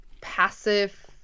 passive